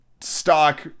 stock